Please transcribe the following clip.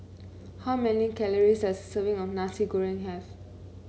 how many calories does serving of Nasi Goreng have